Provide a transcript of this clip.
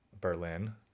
Berlin